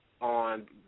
on